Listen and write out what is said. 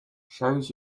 shows